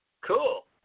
Cool